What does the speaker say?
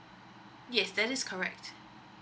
yes that is correct